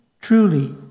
truly